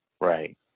Right